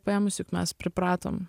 paėmus juk mes pripratom